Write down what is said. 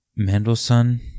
Mandelson